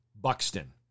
Buxton